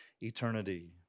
eternity